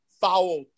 foul